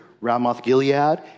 Ramoth-Gilead